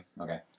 Okay